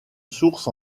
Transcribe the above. source